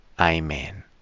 Amen